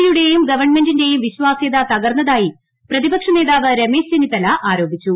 C യുടെയും ഗവൺമെന്റിന്റെയും വിശ്വാസ്യത തകർന്നതായി പ്രതിപക്ഷനേതാവ് രമേശ് ച്ചെന്നിത്തല ആരോപിച്ചു